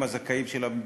עוברים להצעת החוק